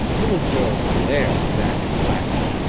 little joe glared back at blacky.